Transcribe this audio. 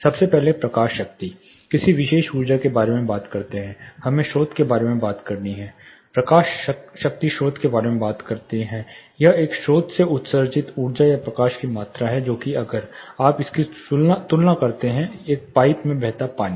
सबसे पहले प्रकाश शक्ति किसी विशेष ऊर्जा के बारे में बात करते हैं हमें स्रोत के बारे में बात करनी है प्रकाश शक्ति स्रोत के बारे में बात करती है यह एक स्रोत से उत्सर्जित ऊर्जा या प्रकाश की मात्रा है जो कि अगर आप इसकी तुलना करते हैं एक पाइप में बहता पानी